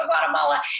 Guatemala